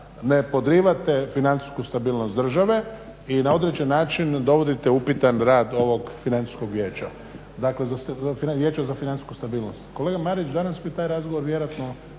ne podrivate financijsku stabilnost države i na određeni način dovodite upitan rad ovog Financijskog vijeća, dakle Vijeća za financijsku stabilnost? Kolega Marić, danas bi taj razgovor vjerojatno